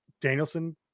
Danielson